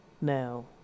Now